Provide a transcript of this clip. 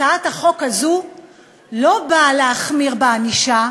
הצעת החוק הזו לא באה להחמיר בענישה,